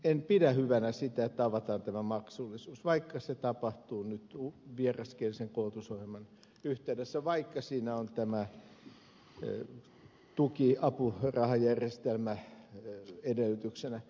en pidä hyvänä sitä että avataan maksullisuus vaikka se tapahtuu nyt vieraskielisen koulutusohjelman yhteydessä vaikka siinä on tuki ja apurahajärjestelmä edellytyksenä